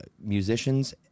musicians